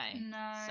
No